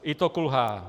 I to kulhá.